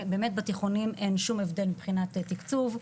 בתיכונים אין שום הבדל מבחינת תקצוב,